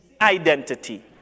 Identity